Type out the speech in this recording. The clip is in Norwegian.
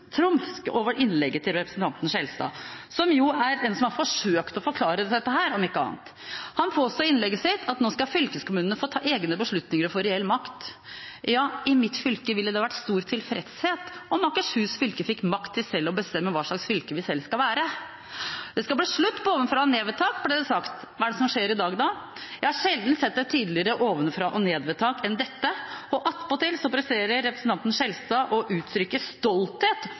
over innlegget til representanten Skjelstad, som er en som har forsøkt å forklare dette, om ikke annet. Han påsto i innlegget sitt at nå skal fylkeskommunene få ta egne beslutninger og få reell makt. I mitt fylke ville det vært stor tilfredshet om Akershus fylke fikk makt til selv å bestemme hva slag fylke det skal være. Det skal bli slutt på ovenfra-og-ned-vedtak, ble det sagt. Hva er det som skjer i dag? Jeg har sjelden sett et tydeligere ovenfra-og-ned-vedtak enn dette. Og attpåtil presterer representanten Skjelstad å uttrykke stolthet